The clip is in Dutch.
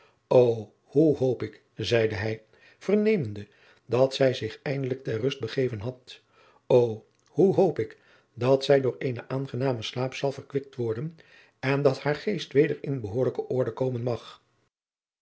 o hoe hoop ik zeide hij vernemende dat zij zich eindelijk ter rust begeven had o hoe hoop ik dat zij door eenen aangenamen slaap zal verkwikt worden en dat haar geest weder in behoorlijke orde komen mag